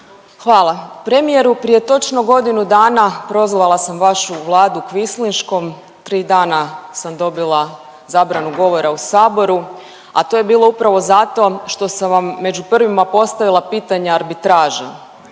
Hvala. Premijeru prije točno godinu dana prozvala sam vašu Vladu kvislinškom, tri dana sam dobila zabranu govora u saboru, a to je bilo upravo zato što sam vam među prvima postavila pitanje arbitraže.